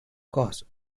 cause